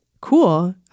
Cool